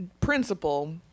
principle